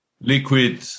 liquid